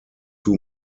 two